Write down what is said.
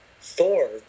Thor